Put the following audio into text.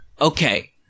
Okay